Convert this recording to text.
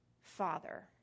Father